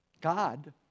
God